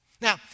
Now